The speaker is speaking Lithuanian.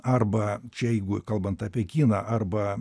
arba čia jeigu kalbant apie kiną arba